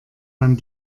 man